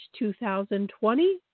2020